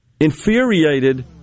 infuriated